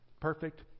perfect